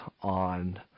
on